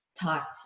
talked